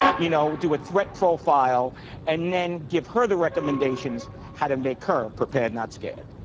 you know do a threat profile and then give her the recommendations, how to make her prepared, not scared.